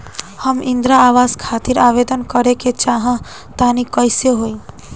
हम इंद्रा आवास खातिर आवेदन करे क चाहऽ तनि कइसे होई?